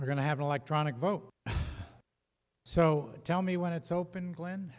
we're going to have electronic vote so tell me when it's open glenn